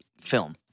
film